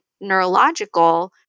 neurological